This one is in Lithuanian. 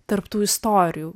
tarp tų istorijų